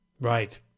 Right